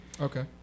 Okay